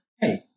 hey